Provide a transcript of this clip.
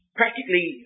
practically